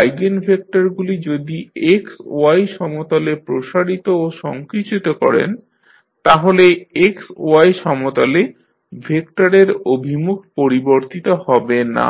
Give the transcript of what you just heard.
আইগেনভেক্টরগুলি যদি XY সমতলে প্রসারিত ও সংকুচিত করেন তাহলে XY সমতলে ভেক্টরের অভিমুখ পরিবর্তিত হবে না